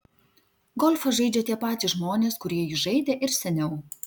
golfą žaidžia tie patys žmonės kurie jį žaidė ir seniau